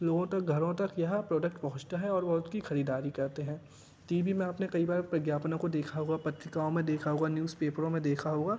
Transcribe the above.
लोगों तक घरों तक यह प्रोडक्ट पहुंचता है और वह उसकी ख़रीदारी करते हैं टी वी में आपने कई बार विज्ञापनों को देखा होगा पत्रिकाओं में देखा होगा न्यूज़ पेपरों में देखा होगा